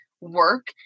work